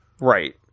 Right